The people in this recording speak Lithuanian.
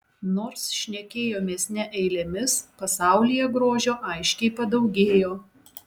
nors šnekėjomės ne eilėmis pasaulyje grožio aiškiai padaugėjo